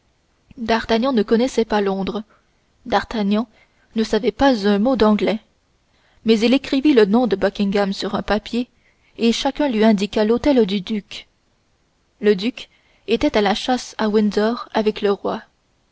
d'artagnan ne connaissait pas londres d'artagnan ne savait pas un mot d'anglais mais il écrivit le nom de buckingham sur un papier et chacun lui indiqua l'hôtel du duc le duc était à la chasse à windsor avec le roi